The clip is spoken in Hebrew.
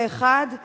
זה עניין אחד.